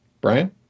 Brian